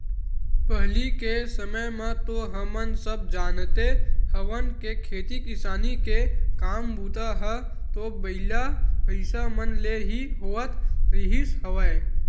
पहिली के समे म तो हमन सब जानते हवन के खेती किसानी के काम बूता ह तो बइला, भइसा मन ले ही होवत रिहिस हवय